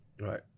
Right